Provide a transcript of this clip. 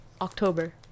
October